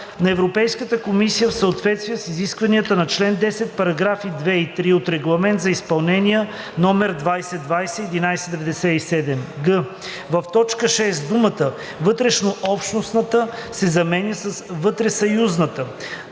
на Европейската комисия в съответствие с изискванията на чл. 10, параграфи 2 и 3 от Регламент за изпълнение (ЕС) №2020/1197;“ г) в т. 6 думата „вътрешнообщностната“ се заменя с „вътресъюзната“;